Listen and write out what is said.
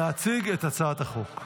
להציג את הצעת החוק.